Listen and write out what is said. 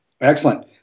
Excellent